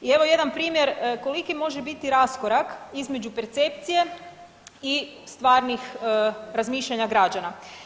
I evo jedan primjer koliki može biti raskorak između percepcije i stvarnih razmišljanja građana.